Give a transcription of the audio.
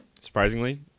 surprisingly